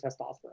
testosterone